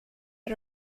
are